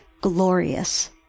glorious